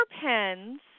pens